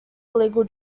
illegal